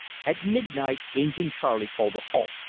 at midnight injin charley called a halt.